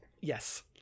Yes